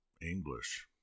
English